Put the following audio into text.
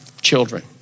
children